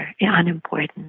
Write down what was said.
unimportant